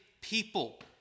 people